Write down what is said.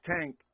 tank